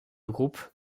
regroupent